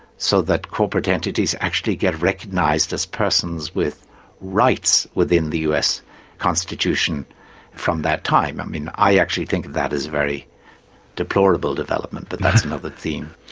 so that corporate entities actually get recognised as persons with rights within the us constitution from that time. i mean, i actually think that is a very deplorable development, but that's another theme.